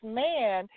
man